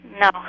No